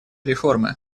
реформы